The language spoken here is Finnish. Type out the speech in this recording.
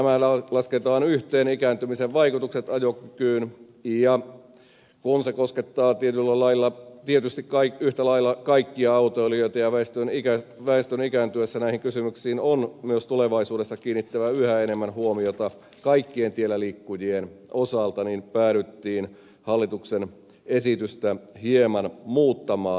kun lasketaan yhteen nämä ikääntymisen vaikutukset ajokykyyn ja kun asia koskettaa tietyllä lailla tietysti yhtä lailla kaikkia autoilijoita ja väestön ikääntyessä näihin kysymyksiin on myös tulevaisuudessa kiinnitettävä yhä enemmän huomiota kaikkien tielläliikkujien osalta niin päädyttiin hallituksen esitystä hieman muuttamaan